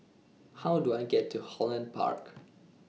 How Do I get to Holland Park